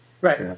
Right